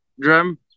drum